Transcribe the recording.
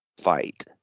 fight